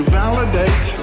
validate